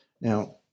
Now